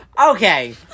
Okay